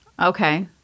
okay